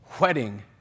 wedding